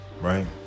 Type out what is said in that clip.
Right